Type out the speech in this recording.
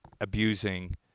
abusing